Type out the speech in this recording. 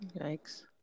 Yikes